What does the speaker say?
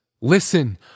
Listen